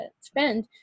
spend